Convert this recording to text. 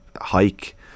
hike